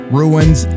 ruins